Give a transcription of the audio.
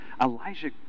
Elijah